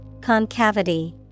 Concavity